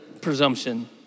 presumption